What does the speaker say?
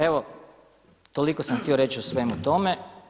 Evo, toliko sam htio reći o svemu tome.